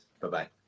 bye-bye